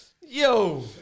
Yo